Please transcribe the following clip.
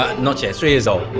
ah not yet, three so